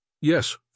yes